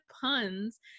puns